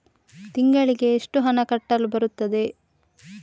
ತಿಂಗಳಿಗೆ ಎಷ್ಟು ಹಣ ಕಟ್ಟಲು ಬರುತ್ತದೆ?